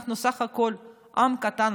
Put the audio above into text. אנחנו בסך הכול עם קטן,